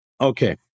Okay